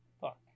Fuck